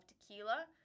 tequila